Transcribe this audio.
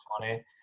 funny